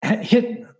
hit